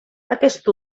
aquest